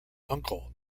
uncle